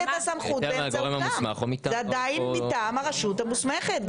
מטעם הרשות המוסמכת.